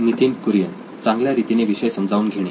नितीन कुरियन चांगल्या रीतीने विषय समजून घेणे